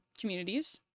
communities